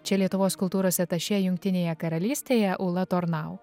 čia lietuvos kultūros atašė jungtinėje karalystėje ūla tornau